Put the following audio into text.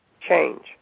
change